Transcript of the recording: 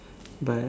but